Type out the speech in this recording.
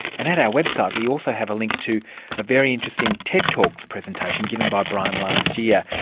and at our website we also have a link to a very interesting ted talks presentation given by bryan last year.